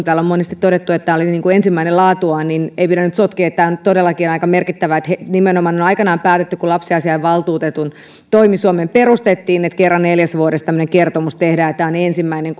täällä on monesti todettu että tämä oli ensimmäinen laatuaan niin ettei pidä nyt sotkea tämä on nyt todellakin aika merkittävää nimenomaan on aikanaan päätetty kun lapsiasiainvaltuutetun toimi suomeen perustettiin että kerran neljässä vuodessa tämmöinen kertomus tehdään ja tämä on ensimmäinen